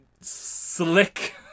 Slick